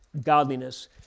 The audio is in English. godliness